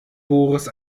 boris